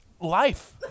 life